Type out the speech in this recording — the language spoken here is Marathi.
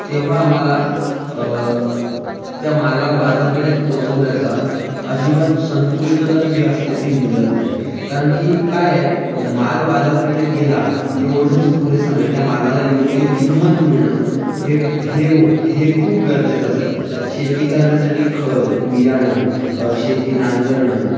तेव्हा आम्हाला त्या मालाला बाजारपेठेत पोचवल्याचा अजिबात संतुष्टता जी असते ती मिळत नाही कारण की काय आहे माल बाजारपेठेत गेला एवढंच पुरेसं नाही त्या मालाला योग्य किंमत मिळणं हेप हेव हे खूप गरजेचं असतं शेती करण्यासाठी खत बियाणं शेती नांगरणं